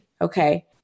okay